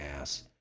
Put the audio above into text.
ass